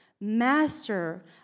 Master